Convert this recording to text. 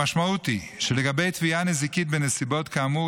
המשמעות היא שלגבי תביעה נזיקית בנסיבות כאמור,